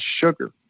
sugar